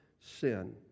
sin